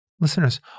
Listeners